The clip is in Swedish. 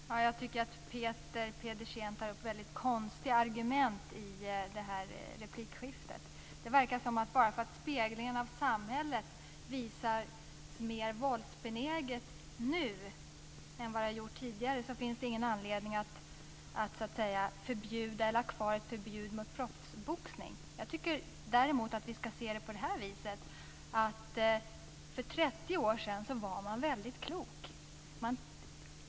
Fru talman! Jag tycker att Peter Pedersen tar upp väldigt konstiga argument i replikskiftet. Det verkar som om det inte finns någon anledning att ha kvar ett förbud mot proffsboxning bara för att samhället speglar en större våldsbenägenhet nu än det har gjort tidigare. Jag tycker att vi ska se det på det här viset, att för 30 år sedan var man väldigt klok.